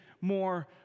more